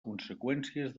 conseqüències